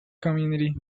community